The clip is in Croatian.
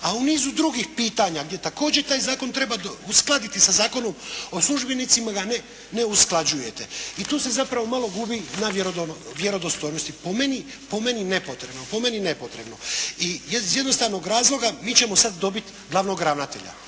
a u nizu drugih pitanja gdje također taj zakon treba uskladiti sa Zakonom o službenicima ga ne usklađujete i tu se zapravo malo gubi na vjerodostojnosti. Po meni nepotrebno iz jednostavnog razloga, mi ćemo sada dobiti glavnog ravnatelja.